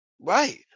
right